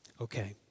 Okay